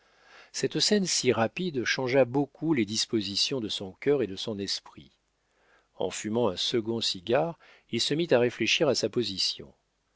cette scène si rapide changea beaucoup les dispositions de son cœur et de son esprit en fumant un second cigare il se mit à réfléchir à sa position